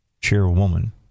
chairwoman